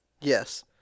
Yes